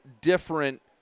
different